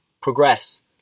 progress